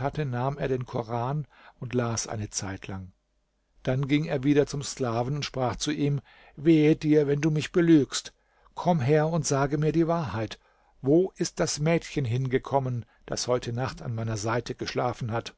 hatte nahm er den koran und las eine zeit lang dann ging er wieder zum sklaven und sprach zu ihm wehe dir wenn du mich belügst komm her und sage mir die wahrheit wo ist das mädchen hingekommen das heute nacht an meiner seite geschlafen hat